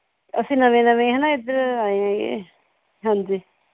ਅਸੀਂ ਨਵੇਂ ਨਵੇਂ ਹਨਾ ਇੱਧਰ ਆਏ ਹੈਗੇ ਹਾਂਜੀ